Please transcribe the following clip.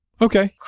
Okay